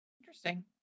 Interesting